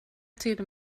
till